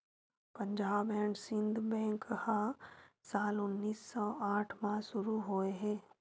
Punjab and Sindh bank ह साल उन्नीस सौ आठ म शुरू होए हे